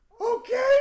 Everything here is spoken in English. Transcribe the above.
okay